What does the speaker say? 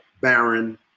Baron